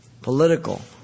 Political